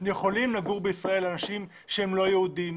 יכולים לגור בישראל אנשים שהם לא יהודים,